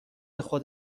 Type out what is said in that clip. خود